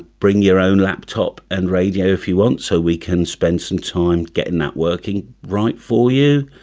bring your own laptop and radio if you want so we can spend some time getting that working right for you